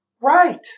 Right